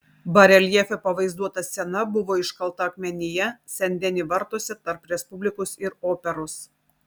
bareljefe pavaizduota scena buvo iškalta akmenyje sen deni vartuose tarp respublikos ir operos